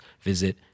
visit